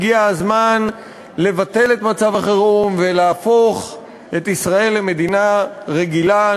הגיע הזמן לבטל את מצב החירום ולהפוך את ישראל למדינה רגילה,